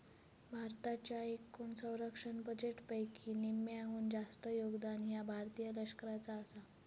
भारताच्या एकूण संरक्षण बजेटपैकी निम्म्याहून जास्त योगदान ह्या भारतीय लष्कराचा आसा